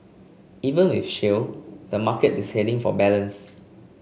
even with shale the market is heading for balance